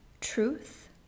truth